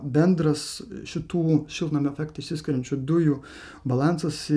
bendras šitų šiltnamio efektą išsiskiriančių dujų balansas